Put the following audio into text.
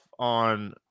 on